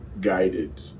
guided